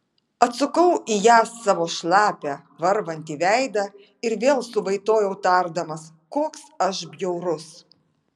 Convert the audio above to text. atsukau į ją savo šlapią varvantį veidą ir vėl suvaitojau tardamas koks aš bjaurus